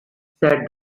said